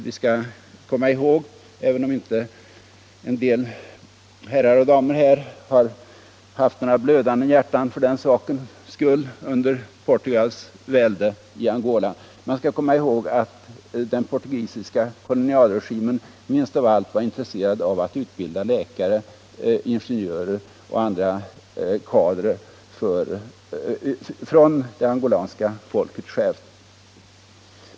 Vi skall komma ihåg, även om inte en del herrar och damer här i kammaren haft några blödande hjärtan för den sakens skull under Portugals välde i Angola, att den portugisiska kolonialregimen minst av allt var intresserad av att från det angolanska folket självt rekrytera och utbilda personer till läkare, ingenjörer och andra kvalificerade befattningar.